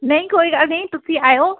ਨਹੀਂ ਕੋਈ ਗੱਲ ਨਹੀਂ ਤੁਸੀਂ ਆਇਓ